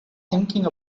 thinking